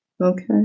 Okay